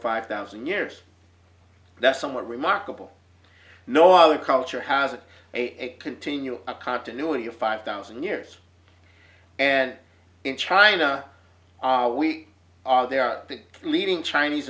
five thousand years that's somewhat remarkable no other culture has a continue a continuity of five thousand years and in china we are they are the leading chinese